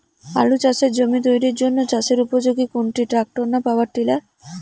আলু চাষের জমি তৈরির জন্য চাষের উপযোগী কোনটি ট্রাক্টর না পাওয়ার টিলার?